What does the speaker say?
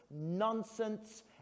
nonsense